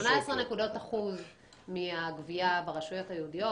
-- ב-18% מהגבייה ברשויות היהודיות.